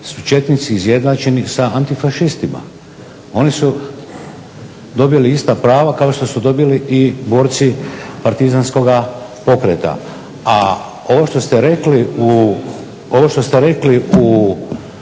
su četnici izjednačeni sa antifašistima. Oni su dobili ista prava kao što su dobili i borci partizanskoga pokreta. A ovo što ste rekli što